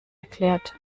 erklärt